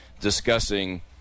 discussing